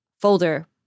folder